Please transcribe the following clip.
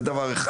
זה דבר אחד.